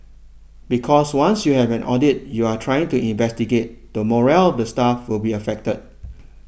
because once you have audit you are trying to investigate the morale of the staff will be affected